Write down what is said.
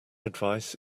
advice